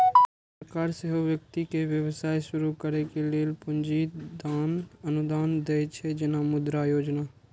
सरकार सेहो व्यक्ति कें व्यवसाय शुरू करै लेल पूंजी अनुदान दै छै, जेना मुद्रा योजना